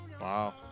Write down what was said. Wow